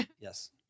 Yes